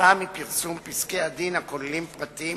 כתוצאה מפרסום פסקי-הדין הכוללים פרטים